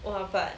!wah! but